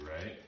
right